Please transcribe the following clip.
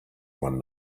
one